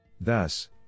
Thus